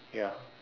ya